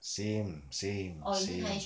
same same same